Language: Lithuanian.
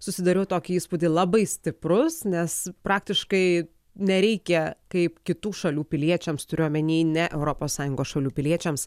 susidariau tokį įspūdį labai stiprus nes praktiškai nereikia kaip kitų šalių piliečiams turiu omeny ne europos sąjungos šalių piliečiams